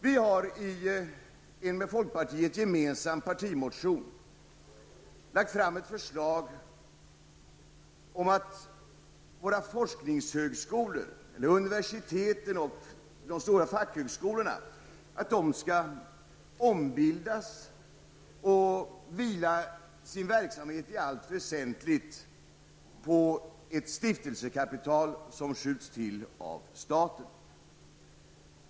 Vi har i en med folkpartiet gemensam partimotion lagt fram ett förslag om att våra forskningshögskolor -- universiteten och de stora fackhögskolorna -- skall ombildas och i allt väsentligt vila sin verksamhet på ett stiftelsekapital som skjuts till av staten.